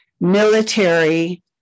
military